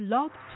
Love